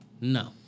No